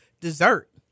dessert